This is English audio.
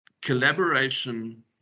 collaboration